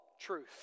truth